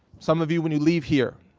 some of you when you leave here,